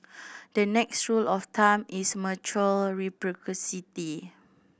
the next rule of thumb is mutual